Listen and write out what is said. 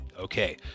Okay